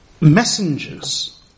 messengers